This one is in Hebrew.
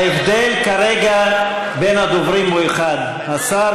ההבדל כרגע בין הדוברים הוא אחד: השר